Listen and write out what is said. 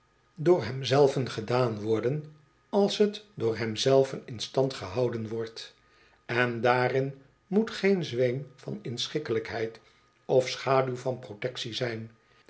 door hem zelven gedaan worden als het door hem zelven in stand gehouden wordt en daarin moet geen zweem van inschikkelijkheid of schaduw van protectie zijn